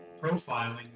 profiling